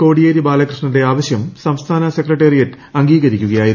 കോടിയേരി ബാലകൃഷ്ണന്റെ ആവശ്യം സംസ്ഥാന സെക്രട്ടറിയേറ്റ് അംഗീകരിക്കുകയായിരുന്നു